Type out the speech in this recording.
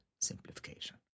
simplification